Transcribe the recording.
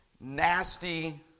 nasty